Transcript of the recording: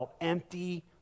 empty